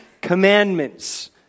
Commandments